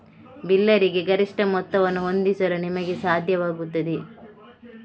ಬಿಲ್ಲರಿಗೆ ಗರಿಷ್ಠ ಮೊತ್ತವನ್ನು ಹೊಂದಿಸಲು ನಿಮಗೆ ಸಾಧ್ಯವಾಗುತ್ತದೆ